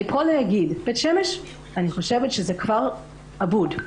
אני חושבת שבבית שמש זה כבר אבוד,